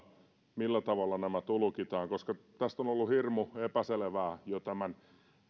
millä tavalla nämä tulkitaan koska tämä on ollut hirmu epäselvää jo tämän